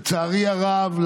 לצערי הרב,